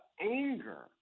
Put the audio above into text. anger